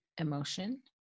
emotion